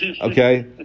Okay